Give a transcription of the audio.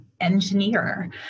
engineer